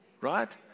right